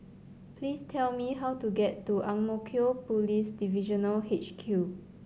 please tell me how to get to Ang Mo Kio Police Divisional H Q